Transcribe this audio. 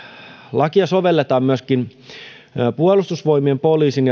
lakia sovelletaan myöskin puolustusvoimien poliisin